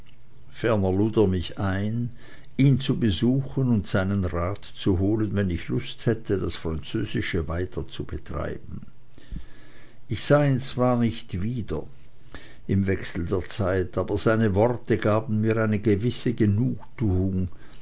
lud er mich ein ihn zu besuchen und seinen rat zu holen wenn ich lust hätte das französische weiter zu betreiben ich sah ihn zwar nicht wieder im wechsel der zeit aber seine worte gaben mir eine gewisse genugtuung